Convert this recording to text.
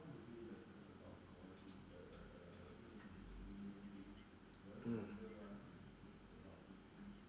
mm